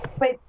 Wait